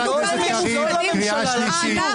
חבר הכנסת קריב, קריאה שלישית.